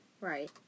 Right